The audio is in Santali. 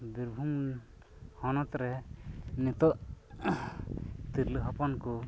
ᱵᱤᱨᱵᱷᱩᱢ ᱦᱚᱱᱚᱛ ᱨᱮ ᱱᱤᱛᱚᱜ ᱛᱤᱨᱞᱟᱹ ᱦᱚᱯᱚᱱ ᱠᱚ